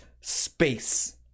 space